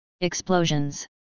Explosions